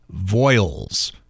voiles